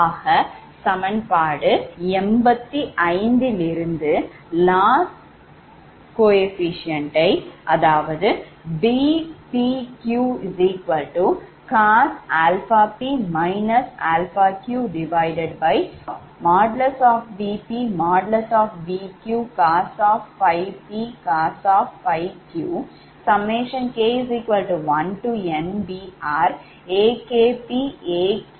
ஆக சமன்பாடு 85 லிருந்து loss குணகத்தையை Bpqcos αp αq |Vp||Vq|COS ∅pCOS ∅q k1NBRAKpAK1q Rk